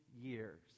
years